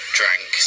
drank